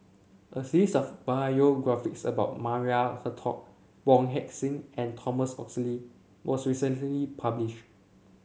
a series of biographies about Maria Hertogh Wong Heck Sing and Thomas Oxley was recently publish